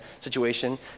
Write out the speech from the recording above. situation